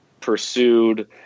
pursued